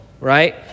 right